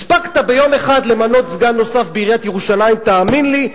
הספקת ביום אחד למנות סגן נוסף בעיריית ירושלים תאמין לי,